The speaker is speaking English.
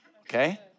Okay